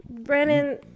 Brennan